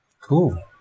Cool